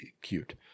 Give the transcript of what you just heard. cute